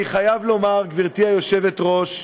אני חייב לומר, גברתי היושבת-ראש,